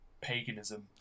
Paganism